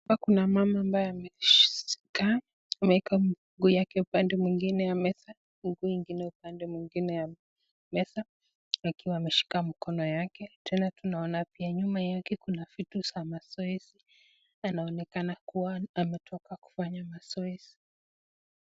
Hapa kuna mama ambaye amekaa ameweka mguu wake upande mwingine wa meza mguu ingine upande mwingine ya meza akiwa ameshika mkono yake. Tena tunaona nyuma pia yake kuna vitu za mazoezi yanaonekana kua ametoka kufanya mazoezi.